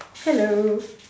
hello